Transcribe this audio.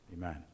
Amen